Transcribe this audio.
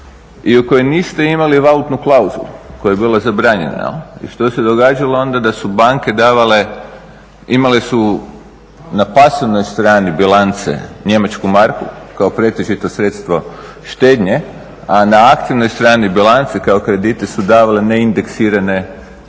i u kojoj niste imali valutnu klauzulu koja je bila zabranjena i što se događalo onda da su banke davale, imale su na pasivnoj strani bilance njemačku marku kao pretežito sredstvo štednje, a na aktivnoj strani bilance kao kredite su davale neindeksirane